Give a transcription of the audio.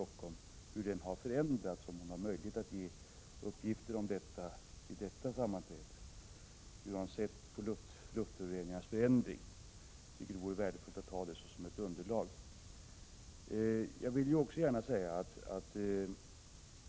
Har Birgitta Dahl möjlighet att vid detta sammanträde ge några uppgifter om hur hon har sett på luftföroreningarnas förändring? Jag tycker att det vore värdefullt att ha sådana uppgifter såsom ett underlag.